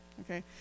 okay